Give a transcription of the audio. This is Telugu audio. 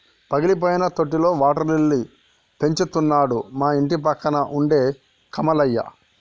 పగిలిపోయిన తొట్టిలో వాటర్ లిల్లీ పెంచుతున్నాడు మా ఇంటిపక్కన ఉండే కమలయ్య